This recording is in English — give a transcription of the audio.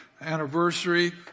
anniversary